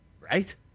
Right